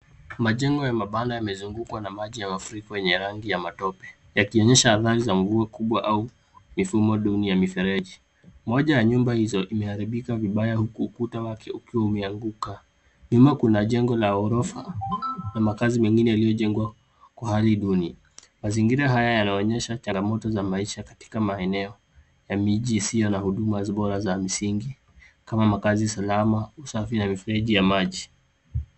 Majengo ya mabanda yamezungukwa na maji ya mafuriko yenye rangi ya matope yakionyesha athari za mvua kubwa au mifumo duni ya mifereji. Moja ya nyumba hizo imeharibika vibaya huku ukuta wake ukiwa umeanguka. Nyuma kuna jengo la ghorofa na makazi mengine yaliyojengwa kwa hali duni. Mazingira haya yanaonyesha changamoto za maisha katika maeneo ya miji isiyo na huduma bora za msingi kama makazi salama, usafi na mifereji ya maji.